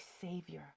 savior